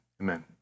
Amen